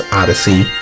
odyssey